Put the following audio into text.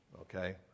okay